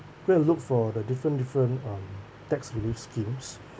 go and look for the different different um tax relief schemes